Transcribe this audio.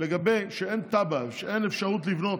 לגבי זה שאין תב"ע ושאין אפשרות לבנות,